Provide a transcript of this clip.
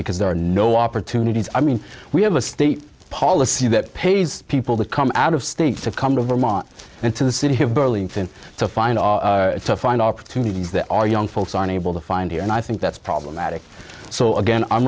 because there are no opportunities i mean we have a state policy that pays people to come out of state to come to vermont into the city of burlington to find to find opportunities that our young folks aren't able to find here and i think that's problematic so again i'm